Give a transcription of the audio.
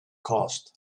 cost